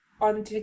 On